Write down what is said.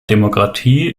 demokratie